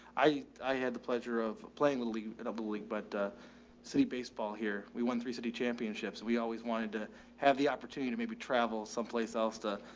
i i had the pleasure of playing little league and of the league, but a city baseball here we went three city championships. we always wanted to have the opportunity to maybe travel someplace else to,